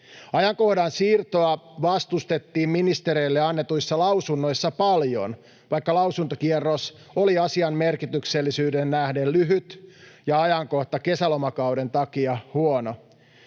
Ajankohdan siirtoa vastustettiin ministereille annetuissa lausunnoissa paljon, vaikka lausuntokierros oli asian merkityksellisyyteen nähden lyhyt ja ajankohta kesälomakauden takia huono.